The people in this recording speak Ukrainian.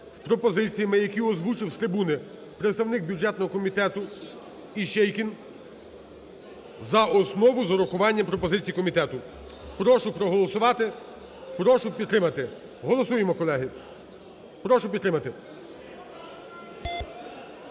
з пропозиціями, які озвучив з трибуни представник бюджетного комітету Іщейкін, за основу з урахуванням пропозицій комітету. Прошу проголосувати, прошу підтримати. Голосуємо, колеги. Прошу підтримати.